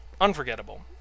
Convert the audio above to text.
unforgettable